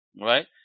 Right